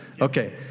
Okay